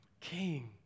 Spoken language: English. King